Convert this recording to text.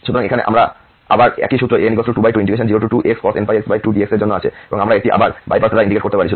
সুতরাং এখানে আমরা আবার একই সূত্র an2202xcos nπx2 dx এর জন্য আছে এবং আমরা এটি আবার বাই পার্টস দ্বারা ইন্টিগ্রেট করতে পারি